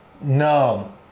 No